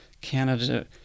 Canada